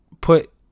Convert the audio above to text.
put